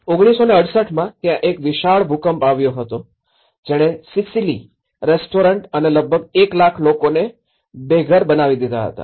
૧૯૬૮માં ત્યાં એક વિશાળ ભૂકંપ આવ્યો હતો જેણે સિસિલી રેસ્ટોરન્ટ અને લગભગ ૧ લાખ લોકોને બેઘર બનાવી દીધા હતા